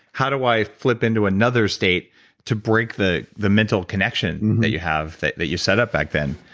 how do i flip into another state to break the the mental connection that you have, that that you set up back then?